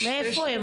מאיפה הם?